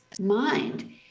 mind